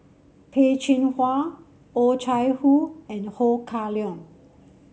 Peh Chin Hua Oh Chai Hoo and Ho Kah Leong